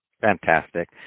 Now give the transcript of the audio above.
Fantastic